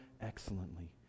excellently